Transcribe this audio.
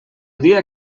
dia